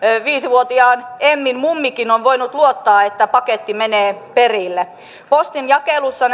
viisi vuotiaan emmin mummikin on voinut luottaa että paketti menee perille postin jakelussa